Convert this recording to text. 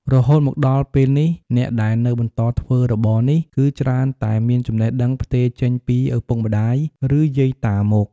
រហូតមកដល់ពេលនេះ អ្នកដែលនៅបន្តធ្វើរបរនេះ គឺច្រើនតែមានចំណេះដឹងផ្ទេរចេញពីឪពុក ម្ដាយ ឬយាយតាមក។